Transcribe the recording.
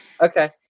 Okay